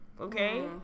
Okay